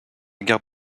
guerre